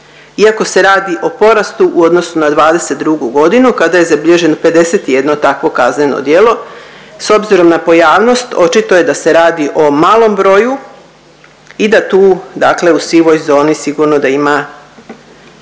iako se radi o porastu u odnosu na '22.g. kada je zabilježeno 51 takvo kazneno djelo. S obzirom na pojavnost očito je da se radi o malom broju i da tu dakle u sivoj zoni sigurno da ima